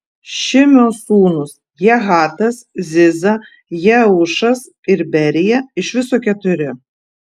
šimio sūnūs jahatas ziza jeušas ir berija iš viso keturi